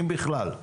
אם בכלל.